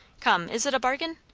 come! is it a bargain?